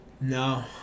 No